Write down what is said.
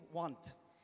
want